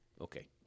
Okay